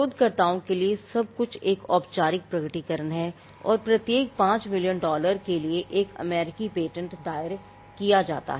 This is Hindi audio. शोधकर्ताओं के लिए सब कुछ एक औपचारिक प्रकटीकरण है और प्रत्येक 5 मिलियन डॉलर के लिए एक अमेरिकी पेटेंट दायर किया जाता है